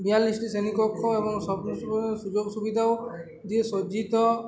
বিয়াল্লিসটি শ্রেনীকক্ষ এবং সুযোগ সুবিধাও দিয়ে সজ্জিত